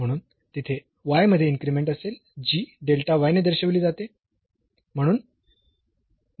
म्हणून तिथे y मध्ये इन्क्रीमेंट असेल जी ने दर्शविली जाते